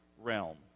realm